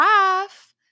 laugh